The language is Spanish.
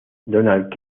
roland